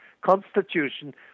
constitution